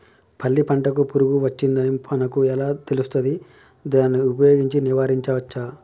పల్లి పంటకు పురుగు వచ్చిందని మనకు ఎలా తెలుస్తది దాన్ని ఉపయోగించి నివారించవచ్చా?